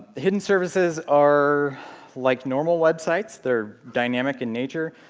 hidden services are like normal websites they're dynamic in nature,